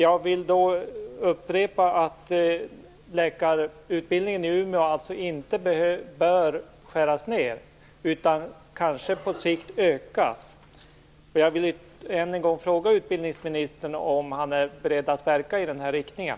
Jag vill upprepa att läkarutbildningen i Umeå alltså inte bör skäras ned utan kanske på sikt ökas, och jag vill än en gång fråga utbildningsministern om han är beredd att verka i den riktningen.